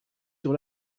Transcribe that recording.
sur